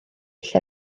lle